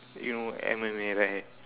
you know M_M_A right